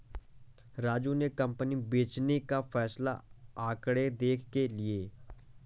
राजू ने कंपनी बेचने का फैसला आंकड़े देख के लिए